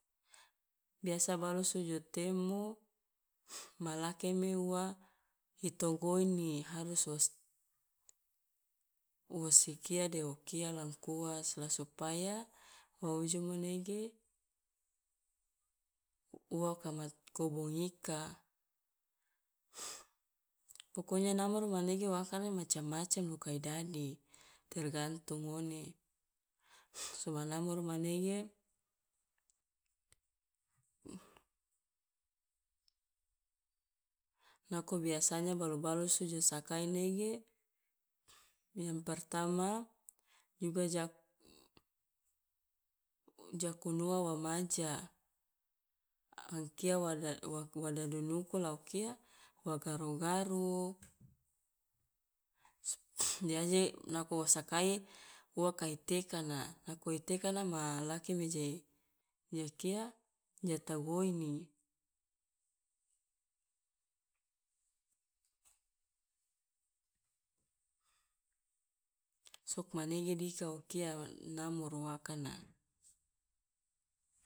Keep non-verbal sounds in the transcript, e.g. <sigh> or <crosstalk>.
Biasa balusu jo temo, ma lakeme ua i togoini, harus wos- wosi kia de o kia langkuas la supaya wa ojomo nege ua kama kobongika <noise> pokonya namoro manege wa akana macam macam loka i dadi, tergantung ngone <noise> so ma namoro manege nako biasanya balu balusu jo sakai nege <noise> yang pertama juga jak- jakunua wa maja angkia wada waku waku wa dadunuku la o kia wa garu garu, de aje nako wo sakai ua ka i tekana, nako i tekana ma lakeme je je o kia ja tagoini. Sugmanege dika o kia namoro wo akana.